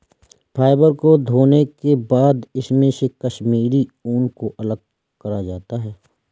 fibre को धोने के बाद इसमे से कश्मीरी ऊन को अलग करा जाता है